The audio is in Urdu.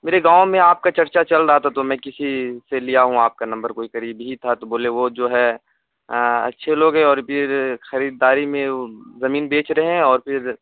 میرے گاؤں میں آپ کا چرچہ چل رہا تھا تو میں کسی سے لیا ہوں آپ کا نمبر کوئی قریبی ہی تھا تو بولے وہ جو ہے اچھے لوگ ہیں اور پھر خریداری میں وہ زمین بیچ رہے ہیں اور پھر